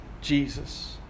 Jesus